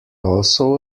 also